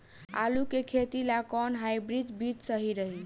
आलू के खेती ला कोवन हाइब्रिड बीज सही रही?